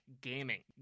gaming